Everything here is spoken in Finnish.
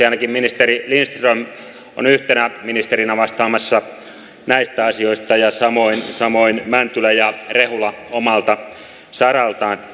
todennäköisesti ainakin ministeri lindström on yhtenä ministerinä vastaamassa näistä asioista ja samoin mäntylä ja rehula omalta saraltaan